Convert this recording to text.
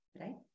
right